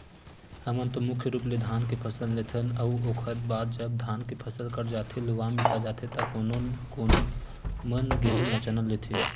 हमन तो मुख्य रुप ले धान के फसल लेथन अउ ओखर बाद जब धान के फसल कट जाथे लुवा मिसा जाथे त कोनो कोनो मन गेंहू या चना लेथे